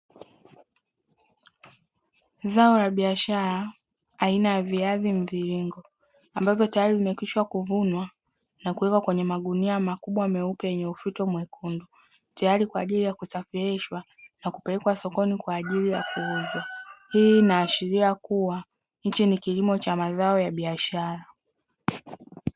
Zao la bishara aina ya viazi mviringo ambavyo tayari vimekwisha kuvunwa na kuwekwa kwenye magunia makubwa meupe yenye ufito mwekundu, tayari kwa ajili ya kusafirishwa na kulekwa sokoni kwa ajili ya kuuzwa. Hii inaashiria kuwa hichi ni kilimo cha mazao ya biashara.